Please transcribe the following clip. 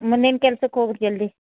ಮುಂದಿನ ಕೆಲ್ಸಕ್ಕೆ ಹೋಗಿ ರೀ ಜಲ್ದಿ